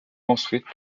construite